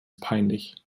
peinlich